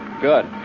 Good